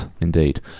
Indeed